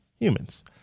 humans